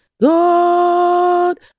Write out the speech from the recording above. God